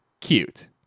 Cute